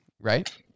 right